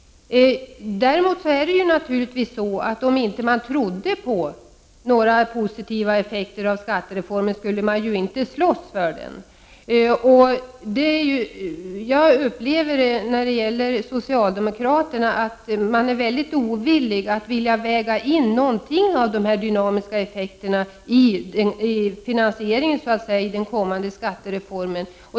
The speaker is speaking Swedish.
Om man inte tror att skattereformen ger positiva effekter, då slåss man inte heller för den. Jag upplever att socialdemokraterna är ovilliga att väga in något av dessa dynamiska effekter när det gäller att finansiera den kommande skattereformen.